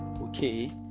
okay